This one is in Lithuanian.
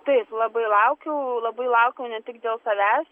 taip labai laukiau labai laukiau ne tik dėl savęs